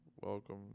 welcome